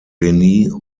genie